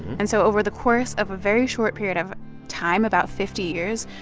and so over the course of a very short period of time, about fifty years,